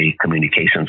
communications